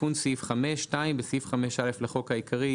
תיקון סעיף 5. בסעיף 5(א) לחוק העיקרי,